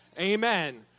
Amen